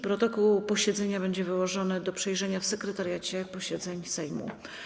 Protokół posiedzenia będzie wyłożony do przejrzenia w Sekretariacie Posiedzeń Sejmu.